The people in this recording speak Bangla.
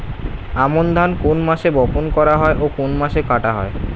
আমন ধান কোন মাসে বপন করা হয় ও কোন মাসে কাটা হয়?